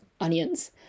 onions